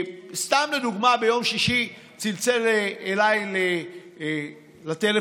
סתם לדוגמה: ביום שישי צלצל אליי לטלפון